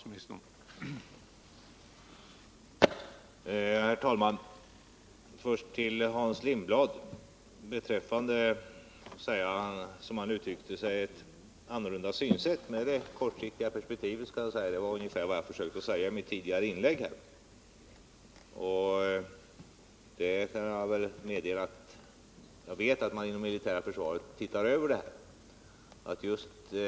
Herr talman! Först några ord till Hans Lindblad med anledning av det, som han uttryckte sig, annorlunda synsätt som han företräder i det kortsiktiga perspektivet. Det överensstämde ungefär med det som jag försökte säga med mitt tidigare inlägg. Jag kan meddela att man inom det militära försvaret håller på att se över just de frågor som han tog upp.